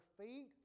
feet